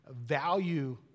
value